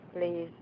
please